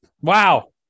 Wow